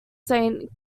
saint